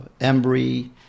Embry